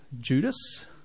Judas